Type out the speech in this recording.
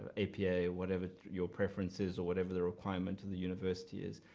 apa or whatever your preference is. or whatever the requirement of the university is.